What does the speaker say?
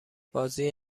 بازی